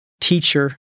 teacher